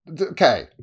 Okay